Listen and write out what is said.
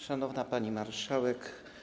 Szanowna Pani Marszałek!